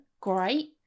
great